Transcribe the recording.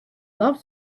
loves